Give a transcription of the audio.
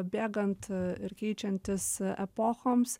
bėgant a ir keičiantis epochoms